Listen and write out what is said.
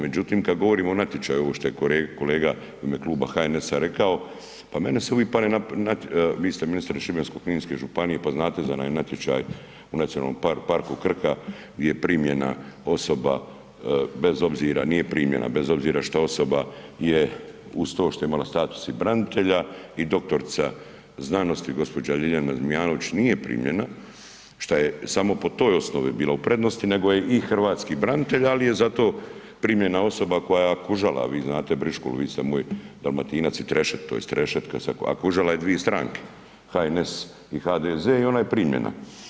Međutim kada govorimo o natječaju ovo što je kolega u ime kluba HNS-a rekao, pa meni uvijek padne na pamet vi ste ministar Šibensko-kninske županije pa znate za onaj natječaj u Nacionalnom parku Krka je primljena osoba bez obzira, nije primljena bez obzira što osoba je uz to što je imala i status branitelja i doktorica znanosti gospođa Ljiljana Zmijanović nije primljena šta je samo po toj osnovi bila u prednosti nego je i hrvatski branitelj, ali je zato primljena osoba koja je kužala, a vi znate Brišku vi ste moj Dalmatinac i trešet, tj. trešetka a kužala je dvi stranke HNS i HDZ i ona je primljena.